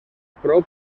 prou